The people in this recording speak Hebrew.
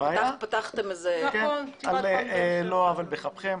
בעיה על לא עוול בכפכם.